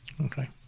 Okay